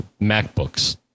MacBooks